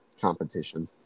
competition